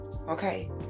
okay